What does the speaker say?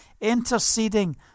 Interceding